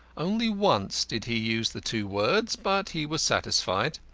only once did he use the two words, but he was satisfied.